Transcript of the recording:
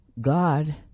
God